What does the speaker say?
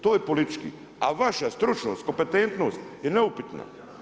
To je politički, a vaša stručnost, kompetentnost je neupitna.